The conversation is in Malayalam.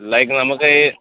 ലൈക് നമുക്കീ